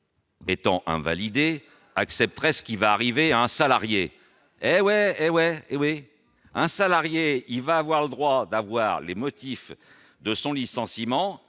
étant invalidée accepterait ce qui va arriver à un salarié, ouais, ouais, ouais, un salarié, il va avoir le droit d'avoir les motifs de son licenciement